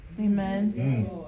Amen